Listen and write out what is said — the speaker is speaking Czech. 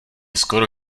skoro